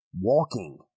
Walking